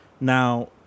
Now